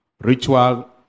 ritual